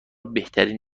بهترین